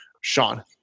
Sean